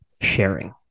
sharing